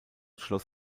schloss